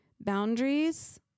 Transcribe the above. Boundaries